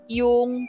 yung